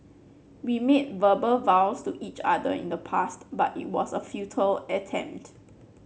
we made verbal vows to each other in the past but it was a futile attempt